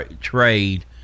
trade